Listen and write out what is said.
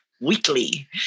weekly